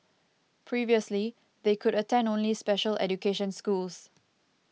previously they could attend only special education schools